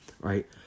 right